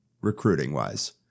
recruiting-wise